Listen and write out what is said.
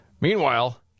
Meanwhile